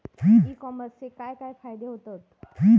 E कॉमर्सचे काय काय फायदे होतत?